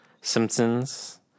Simpsons